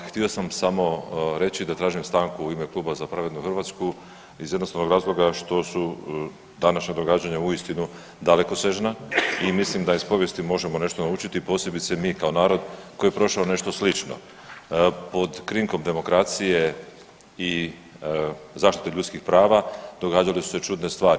Htio sam samo reći da tražim stanku u ime Kluba Za pravednu Hrvatsku iz jednostavnog razloga što su današnja događanja uistinu dalekosežna i mislim da iz povijesti možemo nešto naučiti posebice mi kao narod koji je prošao nešto slično pod krinkom demokracije i zaštite ljudskih prava događale su se čudne stvari.